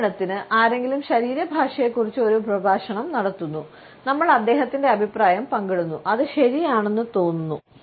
ഉദാഹരണത്തിന് ആരെങ്കിലും ശരീരഭാഷയെക്കുറിച്ച് ഒരു പ്രഭാഷണം നടത്തുന്നു നമ്മൾ അദ്ദേഹത്തിന്റെ അഭിപ്രായം പങ്കിടുന്നു അത് ശരിയാണെന്ന് തോന്നുന്നു